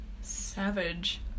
Savage